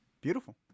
Beautiful